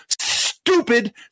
stupid